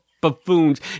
buffoons